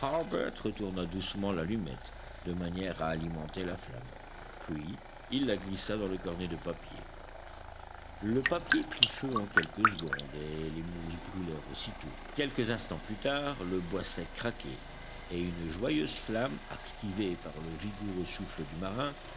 retourna doucement l'allumette de manière à alimenter la flamme puis il la glissa dans le cornet de papier le papier prit feu en quelques secondes et les mousses brûlèrent aussitôt quelques instants plus tard le bois sec craquait et une joyeuse flamme activée par le vigoureux souffle du marin